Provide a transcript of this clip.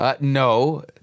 No